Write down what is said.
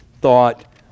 thought